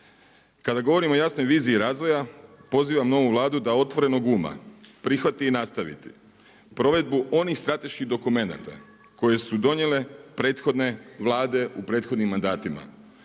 Kada govorim o jasnoj viziji razvoja pozivam novu Vladu da otvorenog uma prihvati i nastavi provedbu onih strateških dokumenata koje su donijele prethodne vlade u prethodnim mandatima,